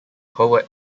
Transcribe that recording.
poet